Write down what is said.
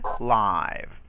live